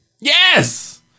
Yes